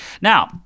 now